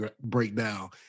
breakdown